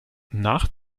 nach